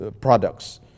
products